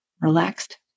Relaxed